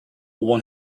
won